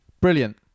Brilliant